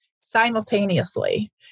simultaneously